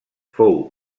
fou